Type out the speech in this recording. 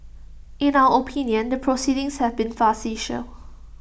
in our opinion the proceedings have been